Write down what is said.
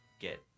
Get